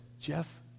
Jeff